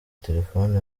telefoni